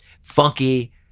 funky